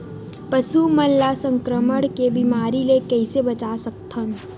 पशु मन ला संक्रमण के बीमारी से कइसे बचा सकथन?